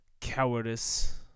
cowardice